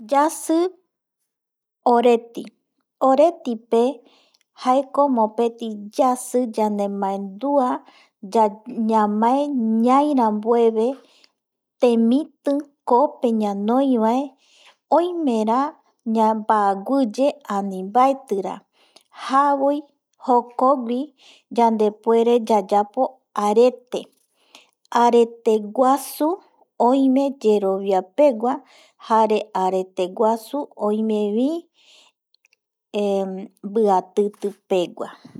Yasɨ oreti oreti pe jaeko mopeti yasi yandemaendua ñamae ñai ranbuevetemiti koo pe ñanoi bae oimera bawiye ani mbaetɨ ra jaboi jokowi yandepuere yayapo arete, arete guasu oime yerobia pegua jare biatiti pegua.